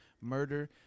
murder